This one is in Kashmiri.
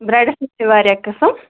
برٛٮ۪ڈَس منٛز چھِ واریاہ قٕسٕم